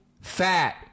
fat